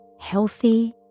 healthy